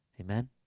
Amen